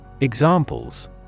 Examples